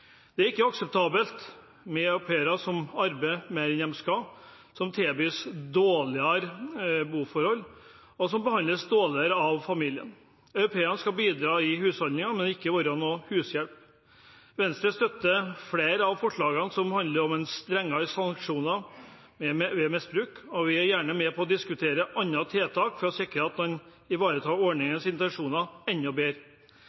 Det er ikke akseptabelt at au pairer arbeider mer enn de skal, at de tilbys dårligere boforhold, og at de behandles dårlig av familien. Au pairene skal bidra i husholdningen, men ikke være hushjelper. Venstre støtter flere av forslagene som handler om strengere sanksjoner ved misbruk, og vi er gjerne med på å diskutere andre tiltak for å sikre at man ivaretar ordningens intensjoner enda bedre.